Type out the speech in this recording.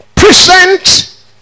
Present